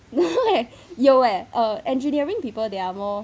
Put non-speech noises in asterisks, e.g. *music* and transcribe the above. *laughs* eh 有 leh err engineering people they are more